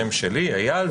השם שלי איל,